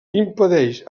impedeix